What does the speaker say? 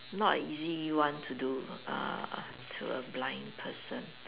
not a easy one to do ah to a blind person